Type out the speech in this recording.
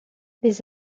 les